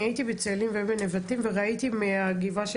אני הייתי בצאלים ובנבטים וראיתי מהגבעה של